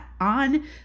on